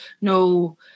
no